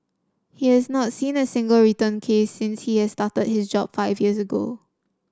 he has not seen a single return case since he started his job five years ago